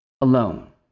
Alone